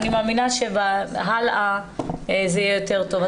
אבל אני מאמינה שהלאה זה יהיה יותר טוב.